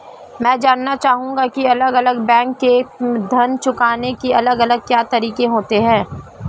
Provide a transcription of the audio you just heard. मैं जानना चाहूंगा की अलग अलग बैंक के ऋण चुकाने के अलग अलग क्या तरीके होते हैं?